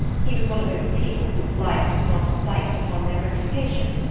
he was one of those people whose life does not bite upon their reputation.